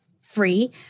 free